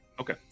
Okay